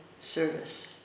service